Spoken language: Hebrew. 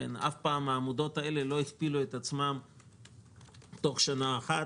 אף פעם העמודות האלה לא הכפילו את עצמן בתוך שנה אחת.